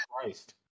Christ